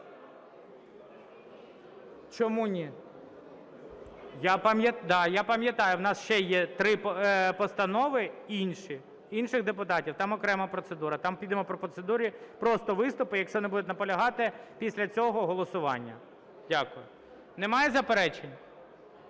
залі) Да, я пам'ятаю. У нас ще є три постанови інші, інших депутатів, там окрема процедура. Там підемо по процедурі просто виступи, якщо не будуть наполягати, після цього голосування. Дякую. Немає заперечень?